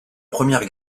première